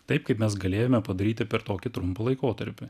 taip kaip mes galėjome padaryti per tokį trumpą laikotarpį